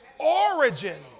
Origin